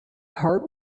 heart